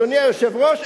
אדוני היושב-ראש,